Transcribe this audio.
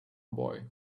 boy